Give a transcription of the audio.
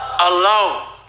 alone